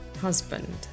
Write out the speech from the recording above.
husband